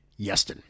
Yeston